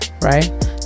right